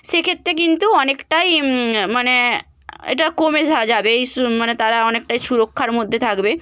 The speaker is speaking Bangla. সেক্ষেত্রে কিন্তু অনেকটাই মানে এটা কমে যাওয়া যাবে এই স্ মানে তারা অনেকটাই সুরক্ষার মধ্যে থাকবে